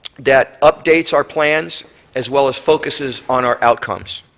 that updates our plans as well as focuses on our outcomes.